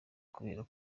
kubera